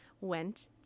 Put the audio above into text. went